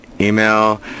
email